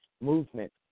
movement